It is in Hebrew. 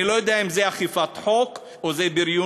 אני לא יודע אם זה אכיפת חוק או זה בריונות,